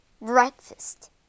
Breakfast